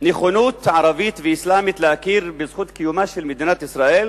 נכונות ערבית ואסלאמית להכיר בזכות קיומה של מדינת ישראל